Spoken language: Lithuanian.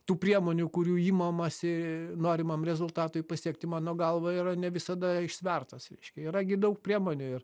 tų priemonių kurių imamasi norimam rezultatui pasiekti mano galva yra ne visada išsvertas reiškia yra gi daug priemonių ir